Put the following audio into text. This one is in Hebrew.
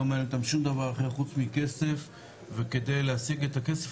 לא מעניין אותם שום דבר אחר חוץ מכסף וכדי להשיג את הכסף